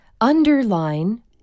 underline